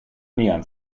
neon